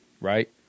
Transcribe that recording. right